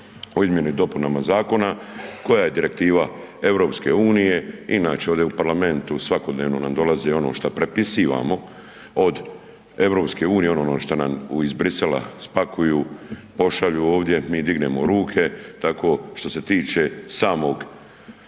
o izmjeni i dopunama zakona koja je direktiva EU, inače ovdje u parlamentu svakodnevno nam dolazi ono šta prepisivamo od EU ono šta nam iz Bruxellesa spakuju, pošalju ovdje, mi dignemo ruke, tako što se tiče samog